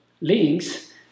links